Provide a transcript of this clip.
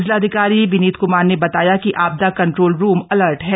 जिलाधिकारी विनीत कुमार ने बताया कि आपदा कंट्रोल रूम अलर्ट हैं